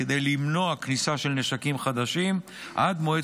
כדי למנוע כניסה של נשקים חדשים עד מועד